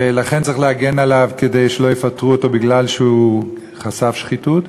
ולכן צריך להגן עליו כדי שלא יפטרו אותו משום שהוא חשף שחיתות,